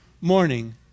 morning